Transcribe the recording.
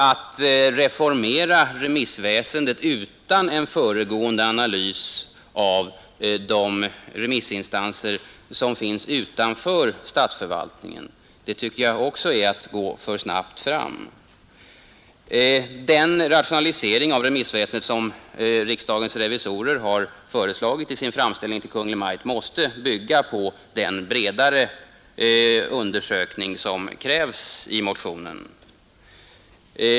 Att reformera remissväsendet utan en föregående analys av de remissinstanser som finns utanför statsförvaltningen tycker jag också är att gå för snabbt fram. Den rationalisering av remissväsendet som riksdagens revisorer har föreslagit i sin framställning till Kungl. Maj:t måste bygga på den bredare undersökning som krävs i motionen.